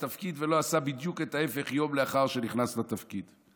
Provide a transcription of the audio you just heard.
לתפקיד ולא עשה בדיוק את ההפך יום לאחר שנכנס לתפקיד.